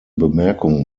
bemerkung